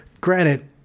granted